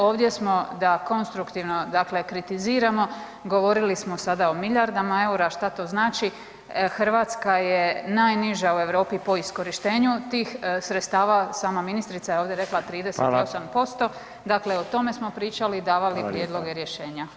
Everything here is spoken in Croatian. Ovdje smo da konstruktivno dakle kritiziramo, govorili smo sada o milijardama EUR-a šta to znači, Hrvatska je najniža u Europi po iskorištenju tih sredstava, sama ministrira je ovdje rekla 38% [[Upadica: Hvala.]] dakle o tome smo pričali i davali prijedloge i rješenja.